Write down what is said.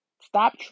stop